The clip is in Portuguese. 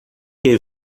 que